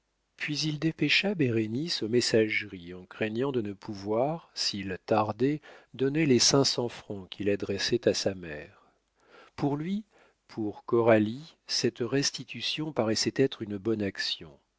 puis il dépêcha bérénice aux messageries en craignant de ne pouvoir s'il tardait donner les cinq cents francs qu'il adressait à sa mère pour lui pour coralie cette restitution paraissait être une bonne action